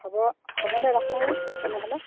হ'ব হ'বনে ৰাখোঁ তেনেহ'লে